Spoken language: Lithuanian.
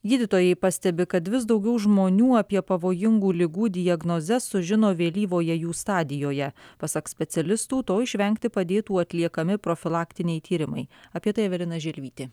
gydytojai pastebi kad vis daugiau žmonių apie pavojingų ligų diagnozes sužino vėlyvoje jų stadijoje pasak specialistų to išvengti padėtų atliekami profilaktiniai tyrimai apie tai evelina žilvytė